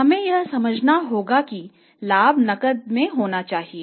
हमें यह समझना होगा कि लाभ नकद में होना चाहिए